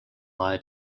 lie